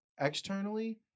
externally